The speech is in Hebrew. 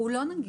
הוא לא נגיש.